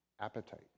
appetite